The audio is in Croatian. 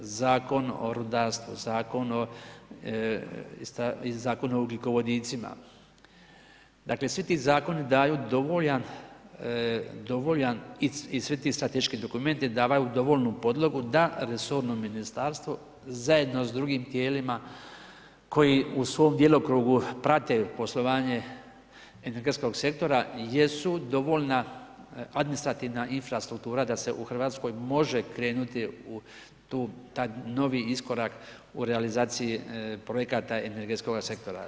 Zakon o rudarstvu, Zakon o ugljikovodicima, dakle, svi ti zakoni daju dovoljan i svi ti strateški dokumenti davaju dovoljnu podlogu, da resorno ministarstvo zajedno s drugim tijelima, koji u svom djelokrugu, prate poslovanje energetskog sektora, jesu dovoljna administrativna infrastruktura, da se u Hrvatskoj može krenuti u taj novi iskorak u realizaciji projekata energetskoga sektora.